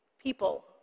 People